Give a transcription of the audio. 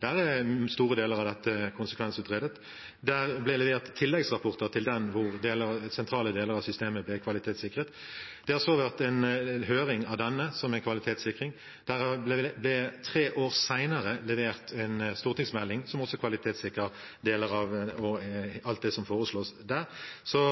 der er store deler av dette konsekvensutredet. Det ble levert tilleggsrapporter til den, der sentrale deler av systemet ble kvalitetssikret. Det har også vært en høring av denne, som er en kvalitetssikring. Det ble tre år senere levert en stortingsmelding, som også kvalitetssikrer deler av alt det som foreslås der. Så